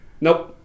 Nope